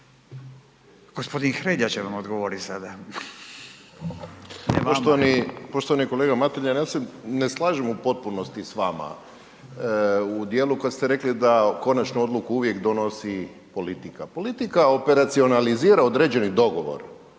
sada. **Hrelja, Silvano (HSU)** Poštovani, poštovani kolega Mateljan, ja se ne slažem u potpunosti s vama u dijelu u kojem ste rekli da konačnu odluku uvijek donosi politika. Politika operacionalizira određeni dogovor,